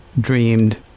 dreamed